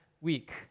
Week